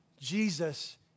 Jesus